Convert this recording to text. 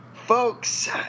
Folks